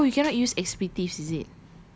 what oh you cannot use expletive is it